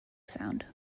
sound